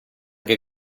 che